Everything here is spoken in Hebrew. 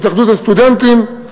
מהתאחדות הסטודנטים,